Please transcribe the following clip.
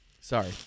sorry